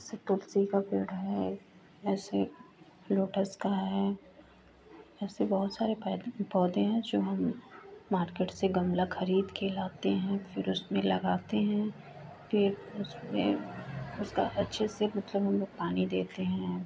ऐसे तुलसी का पेड़ है ऐसे लोटस का है ऐसे बहुत सारे पै पौधे हैं जो हम मार्केट से गमला खरीद कर लाते फिर उसमें लगाते हैं फिर उसमें उसका अच्छे से मतलब उनमें पानी देते हैं